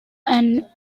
and